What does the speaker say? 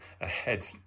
ahead